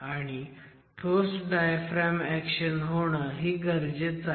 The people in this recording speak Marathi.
आणि ठोस डायफ्रॅम ऍक्शन होणं ही गरजेचं आहे